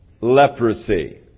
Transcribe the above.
leprosy